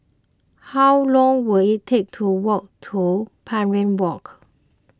how long will it take to walk to Parry Walk